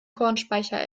kornspeicher